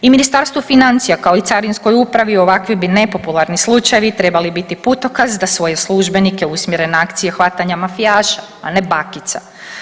I Ministarstvo financija kao i Carinskoj upravi ovakvi bi nepopularni slučajevi trebali biti putokaz da svoje službenike usmjere na akcije hvatanja mafijaša, a ne bakica.